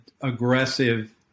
aggressive